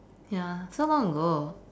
ya so long ago